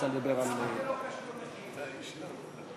זה לא קשור לכי"ל?